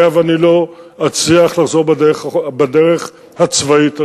היה ואני לא אצליח לחזור בדרך הצבאית הרגילה.